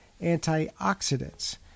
antioxidants